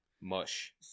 Mush